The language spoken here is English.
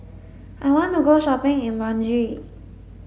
I want to go shopping in Banjul